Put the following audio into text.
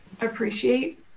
appreciate